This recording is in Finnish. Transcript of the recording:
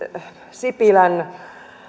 sipilän